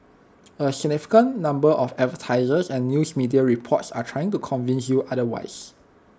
A significant number of advertisers and news media reports are trying to convince you otherwise